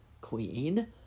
Queen